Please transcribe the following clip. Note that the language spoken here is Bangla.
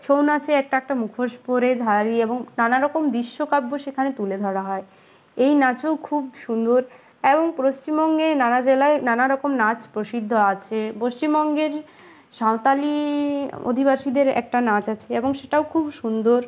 ছৌ নাচের একটা একটা মুখোশ পরে ধারী এবং নানারকম দৃশ্যকাব্য সেখানে তুলে ধরা হয় এই নাচও খুব সুন্দর এবং পশ্চিমবঙ্গে নানা জেলায় নানাারকম নাচ প্রসিদ্ধ আছে পশ্চিমবঙ্গের সাঁওতালি অধিবাসীদের একটা নাচ আছে এবং সেটাও খুব সুন্দর